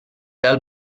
dal